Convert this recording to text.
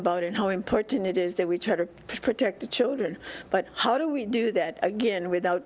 about and how important it is that we try to protect the children but how do we do that again without